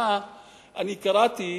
שלאחרונה קראתי